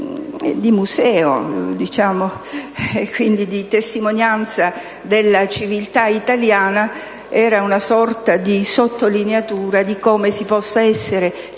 di museo, quindi di testimonianza della civiltà italiana, é una sorta di sottolineatura di come si possa essere